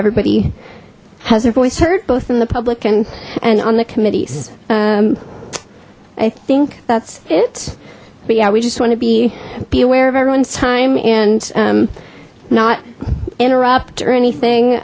everybody has their voice heard both in the public and and on the committees i think that's it but yeah we just want to be be aware of everyone's time and not interrupt or